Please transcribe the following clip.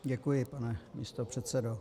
Děkuji, pane místopředsedo.